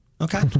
Okay